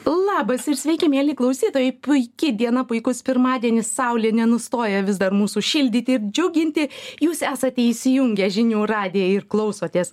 labas ir sveiki mieli klausytojai puiki diena puikus pirmadienis saulė nenustoja vis dar mūsų šildyti ir džiuginti jūs esate įsijungę žinių radiją ir klausotės